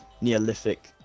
neolithic